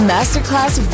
Masterclass